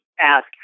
ask